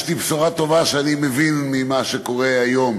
יש לי בשורה טובה שאני מבין ממה שקורה היום: